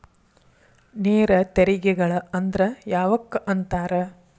ನೇರ ತೆರಿಗೆಗಳ ಅಂದ್ರ ಯಾವಕ್ಕ ಅಂತಾರ